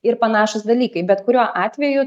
ir panašūs dalykai bet kuriuo atveju